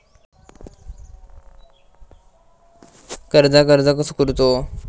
कर्जाक अर्ज कसो करूचो?